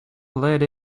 let